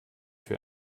für